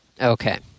Okay